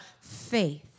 faith